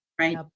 Right